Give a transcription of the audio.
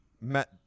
met